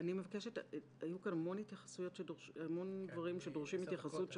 היו כאן המון דברים שדורשים התייחסות שלך.